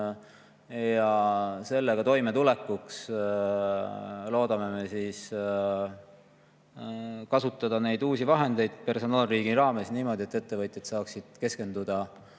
ja sellega toimetulekuks loodame kasutada neid uusi vahendeid personaalriigi raames niimoodi, et ettevõtjad saaksid keskenduda